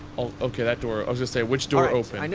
oh, okay that door i was gonna say which door opened.